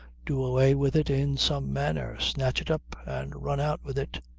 do away with it in some manner. snatch it up and run out with it.